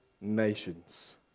nations